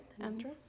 Andrew